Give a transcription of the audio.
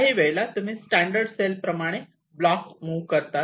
काही वेळेला तुम्ही स्टॅंडर्ड सेल प्रमाणे ब्लॉक मुव्ह करतात